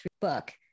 book